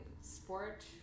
sport